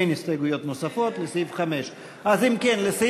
אין הסתייגויות נוספות לסעיף 5. אז אם כן, לסעיף,